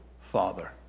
father